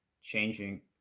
changing